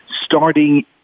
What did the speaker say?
starting